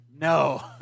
no